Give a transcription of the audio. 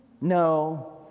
No